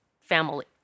family